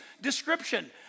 description